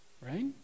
right